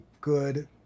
good